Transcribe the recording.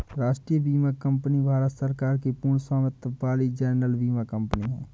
राष्ट्रीय बीमा कंपनी भारत सरकार की पूर्ण स्वामित्व वाली जनरल बीमा कंपनी है